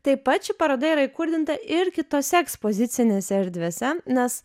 taip pat ši paroda yra įkurdinta ir kitose ekspozicinėse erdvėse nes